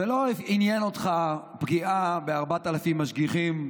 ולא עניינה אותך פגיעה ב-4,000 משגיחים,